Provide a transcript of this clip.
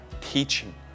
teaching